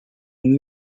new